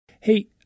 hey